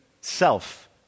self